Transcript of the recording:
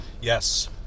Yes